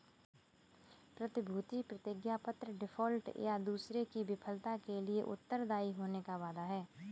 प्रतिभूति प्रतिज्ञापत्र डिफ़ॉल्ट, या दूसरे की विफलता के लिए उत्तरदायी होने का वादा है